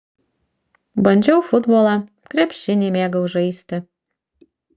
bandžiau futbolą krepšinį mėgau žaisti